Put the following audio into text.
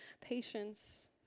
patience